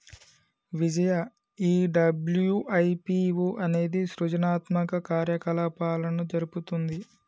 విజయ ఈ డబ్ల్యు.ఐ.పి.ఓ అనేది సృజనాత్మక కార్యకలాపాలను జరుపుతుంది